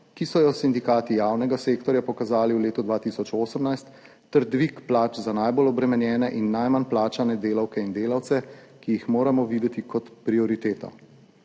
ki so jo sindikati javnega sektorja pokazali v letu 2018 ter dvig plač za najbolj obremenjene in najmanj plačane delavke in delavce, ki jih moramo videti kot prioriteto.